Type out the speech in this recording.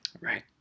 Right